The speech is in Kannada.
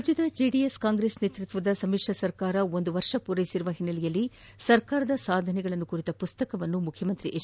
ರಾಜ್ಯದ ಜೆಡಿಎಸ್ ಕಾಂಗ್ರೆಸ್ ನೇತೃತ್ವದ ಸಮ್ಮಿಶ್ರ ಸರ್ಕಾರ ಒಂದು ವರ್ಷ ಪೂರೈಸಿರುವ ಹಿನ್ನೆಲೆಯಲ್ಲಿ ಸರ್ಕಾರದ ಸಾಧನೆಗಳ ಕುರಿತ ಪುಸ್ತಕವನ್ನು ಮುಖ್ಯಮಂತ್ರಿ ಎಚ್